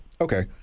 okay